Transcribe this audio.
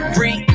Free